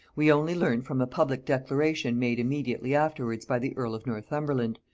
we only learn from a public declaration made immediately afterwards by the earl of northumberland,